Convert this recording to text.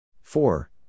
Four